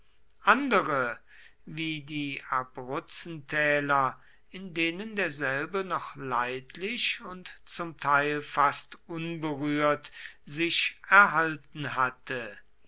andere wie die abruzzentäler in denen derselbe noch leidlich und zum teil fast unberührt sich erhalten hatte